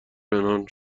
پنهان